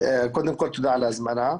קודם כל תודה על ההזמנה.